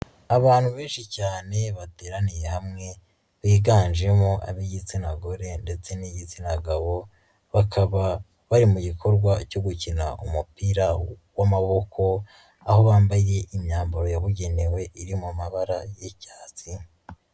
Abantu benshi cyane bateraniye hamwe biganjemo ab'igitsina gore ndetse n'igitsina gabo, bakaba bari mu gikorwa cyo gukina umupira w'amaboko, aho bambaye imyambaro yabugenewe iri mu mabara y'icyatsi.